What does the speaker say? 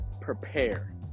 prepare